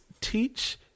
teach